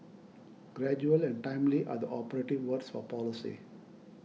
gradual and timely are the operative words for policy